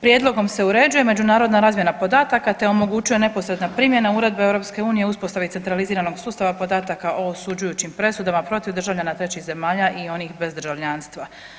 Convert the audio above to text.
Prijedlogom se uređuje međunarodna razmjena podataka te omogućuje neposredna primjena uredbe EU o uspostavi centraliziranog sustava podataka o osuđujućim presudama protiv državljana trećih zemalja i onih bez državljanstva.